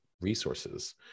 resources